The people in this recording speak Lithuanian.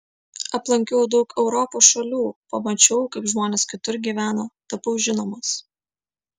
aplankiau daug europos šalių pamačiau kaip žmonės kitur gyvena tapau žinomas